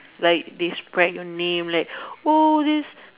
like they spread your name like oh this